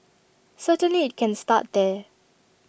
certainly IT can start there